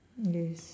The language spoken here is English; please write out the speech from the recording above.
yes